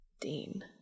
Dean